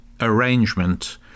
arrangement